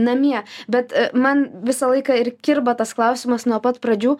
namie bet man visą laiką ir kirba tas klausimas nuo pat pradžių